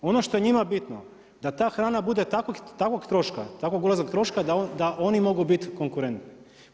Ono što je njima bitno, da ta hrana bude takvog troška, takvog ulaznog troška, da oni mogu biti konkurenti.